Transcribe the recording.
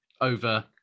over